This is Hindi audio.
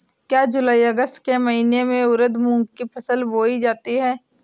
क्या जूलाई अगस्त के महीने में उर्द मूंग की फसल बोई जाती है?